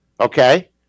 okay